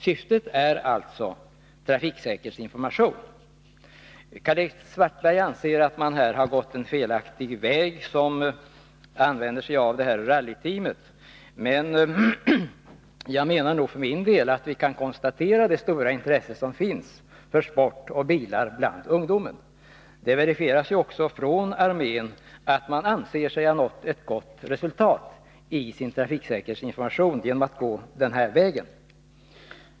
Karl-Erik Svartberg anser att armén har valt fel väg när man har använt sig av detta rallyteam. Vi kan konstatera att ungdomen har ett stort intresse av bilar och bilsport. Det verifieras också av armén, som anser sig ha nått ett gott resultat med sin trafiksäkerhetsinformation när man har valt detta sätt.